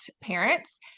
parents